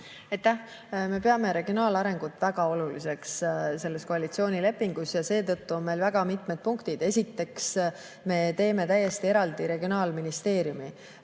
Me peame regionaalarengut väga oluliseks selles koalitsioonilepingus ja seetõttu on meil mitmed punktid. Esiteks, me teeme täiesti eraldi regionaalministeeriumi,